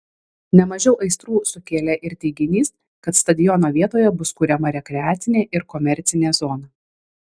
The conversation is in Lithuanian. ne mažiau aistrų sukėlė ir teiginys kad stadiono vietoje bus kuriama rekreacinė ir komercinė zona